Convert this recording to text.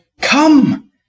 Come